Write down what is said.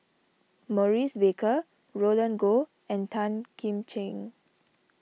Maurice Baker Roland Goh and Tan Kim Ching